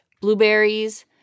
blueberries